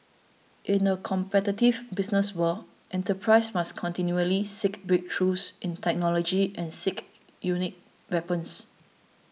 in a competitive business world enterprises must continually seek breakthroughs in technology and seek unique weapons